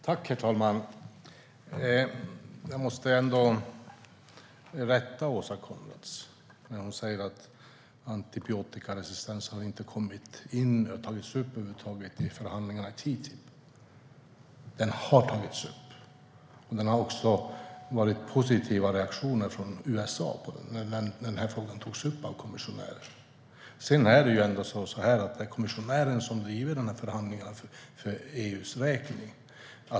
Herr talman! Jag måste rätta Åsa Coenraads som säger att antibiotikaresistensen inte har tagits upp i TTIP-förhandlingarna. Den har tagits upp, och det var också positiva reaktioner från USA när frågan togs upp av kommissionären. Sedan är det ändå kommissionären som driver förhandlingarna för EU:s räkning.